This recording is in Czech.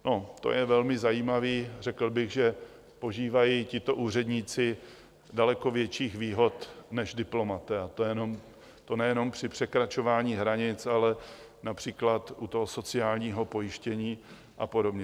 No, to je velmi zajímavé řekl bych, že požívají tito úředníci daleko větších výhod než diplomaté, to nejenom při překračování hranic, ale například u toho sociálního pojištění a podobně.